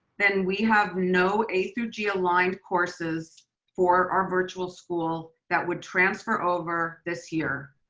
then we have no a through g aligned courses for our virtual school that would transfer over this year.